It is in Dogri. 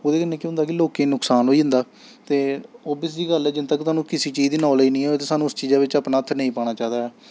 ओह्दे कन्नै केह् होंदा कि लोकें गी नुक्सान होई जंदा ते ओह् बी स्हेई गल्ल ऐ जिन्ने तक्क तोहानूं किसी चीज दी नालेज नेईं होए ते सानूं उस चीजा बिच्च अपना हत्थ नेईं पाना चाहिदा ऐ